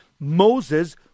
Moses